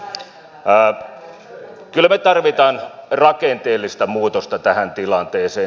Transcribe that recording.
kyllä me tarvitsemme rakenteellista muutosta tähän tilanteeseen